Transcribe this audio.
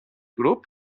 grup